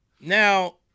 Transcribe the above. Now